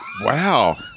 Wow